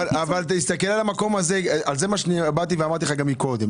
זה מה שאמרתי גם קודם,